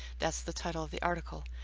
that's the title of the article.